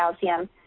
calcium